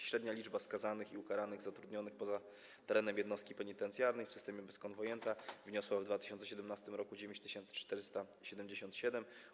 Średnia liczba skazanych i ukaranych zatrudnionych poza terenem jednostki penitencjarnej w systemie bez konwojenta wyniosła w 2017 r. 9477 osób.